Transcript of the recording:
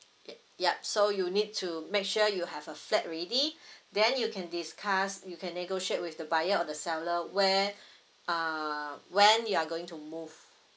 yup yup so you need to make sure you have a flat ready then you can discuss you can negotiate with the buyer or the seller where uh when you are going to move